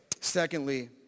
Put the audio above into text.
Secondly